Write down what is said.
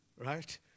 Right